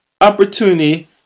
opportunity